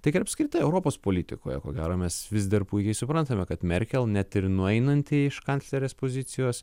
tiek ir apskritai europos politikoje ko gero mes vis dar puikiai suprantame kad merkel net ir nueinanti iš kanclerės pozicijos